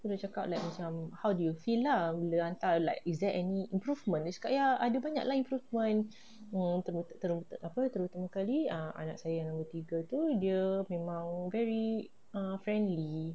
then dia cakap like macam how do you feel lah bila hantar like is there any improvement aku cakap ya ada banyak lah improvement terutama kali anak saya yang nombor tiga tu dia memang very err friendly